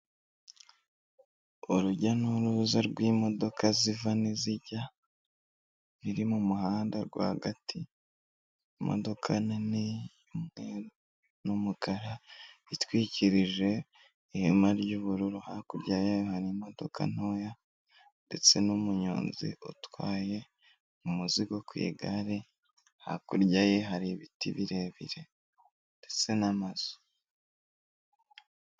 Urujya n'uruza rw'imodoka ziva n'izijya riri mu muhanda hagati, imodoka nini y'umweru n'umukara itwikirije ihema ry'ubururu, hakurya yayo hari imodoka ntoya ndetse n'umunyonzi utwaye umuzigo ku igare hakurya ye hari ibiti birebire ndetse n'amazu.